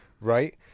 Right